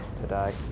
today